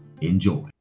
Enjoy